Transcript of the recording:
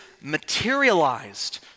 materialized